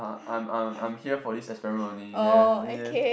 I'm I'm I'm here for this experiment only and yeah